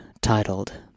titled